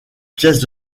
pièces